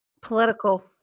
political